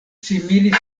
similis